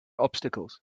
obstacles